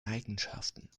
eigenschaften